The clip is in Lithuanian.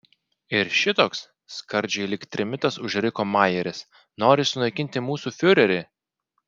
ir šitoks skardžiai lyg trimitas užriko majeris nori sunaikinti mūsų fiurerį